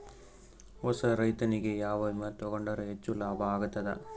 ಹೊಸಾ ರೈತನಿಗೆ ಯಾವ ವಿಮಾ ತೊಗೊಂಡರ ಹೆಚ್ಚು ಲಾಭ ಆಗತದ?